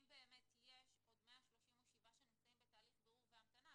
יש עוד 137 שנמצאים בהליך בירור והמתנה.